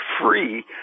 free